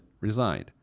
resigned